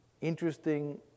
interesting